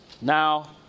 Now